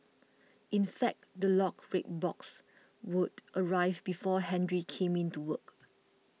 in fact the locked red box would arrive before Henry came in to work